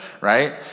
right